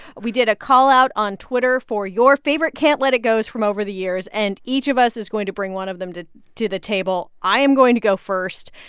we did a callout on twitter for your favorite can't let it goes from over the years, and each of us is going to bring one of them to the table. i am going to go first.